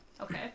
Okay